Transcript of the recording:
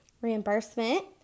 reimbursement